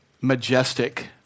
majestic